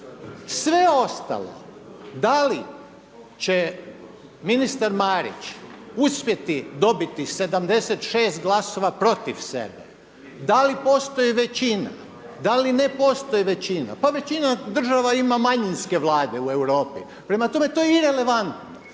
Sve ostalo da li će ministar Marić uspjeti dobiti 76 glasova protiv sebe, da li postoji većina, da li ne postoji većina, pa većina država ima manjinske vlade u Europi prema tome to je irelevantno.